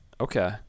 Okay